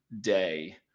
day